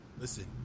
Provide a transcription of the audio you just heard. Listen